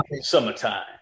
summertime